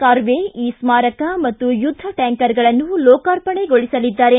ಕಾರ್ವೇ ಈ ಸ್ಥಾರಕ ಮತ್ತು ಯುದ್ದ ಟ್ಯಾಂಕರ್ಗಳನ್ನು ಲೋಕಾರ್ಪಣೆಗೊಳಿಸಲಿದ್ದಾರೆ